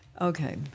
Okay